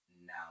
now